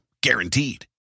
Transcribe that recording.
guaranteed